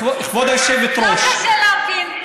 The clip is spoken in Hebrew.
כבוד היושבת-ראש,